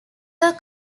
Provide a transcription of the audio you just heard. were